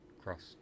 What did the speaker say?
crossed